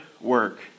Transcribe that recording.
work